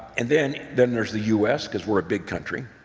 and then then there's the u s. because we're a big country